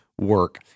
work